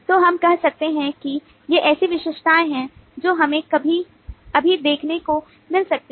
तो हम कह सकते हैं कि ये ऐसी विशेषताएँ हैं जो हमें अभी देखने को मिल सकती हैं